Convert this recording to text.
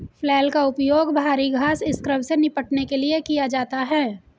flail का उपयोग भारी घास स्क्रब से निपटने के लिए किया जाता है